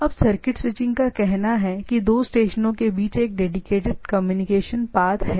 अब circuit switching का कहना है कि दो स्टेशनों के बीच एक डेडीकेटेड कम्युनिकेशन पाथ है